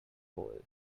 hole